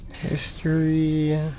History